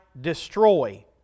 destroy